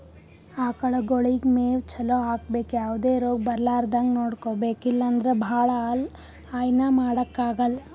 ಆಕಳಗೊಳಿಗ್ ಮೇವ್ ಚಲೋ ಹಾಕ್ಬೇಕ್ ಯಾವದೇ ರೋಗ್ ಬರಲಾರದಂಗ್ ನೋಡ್ಕೊಬೆಕ್ ಇಲ್ಲಂದ್ರ ಭಾಳ ಹಾಲ್ ಹೈನಾ ಮಾಡಕ್ಕಾಗಲ್